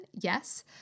yes